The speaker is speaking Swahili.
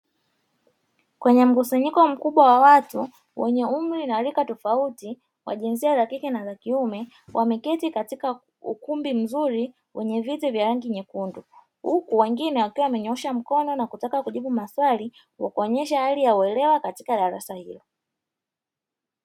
Kwenye mkusanyiko mkubwa wa watu, wenye umri na rika tofauti, wa jinsia ya kike na za kiume. Wameketi katika ukumbi mzuri wenye viti vya rangi nyekundu, huku wengine wakiwa wamenyoosha mkono na kutaka kujibu maswali, kwa kuonyesha hali ya uelewa katika darasa hilo.